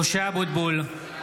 משה אבוטבול,